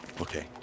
Okay